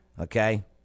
okay